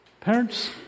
parents